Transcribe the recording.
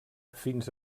fins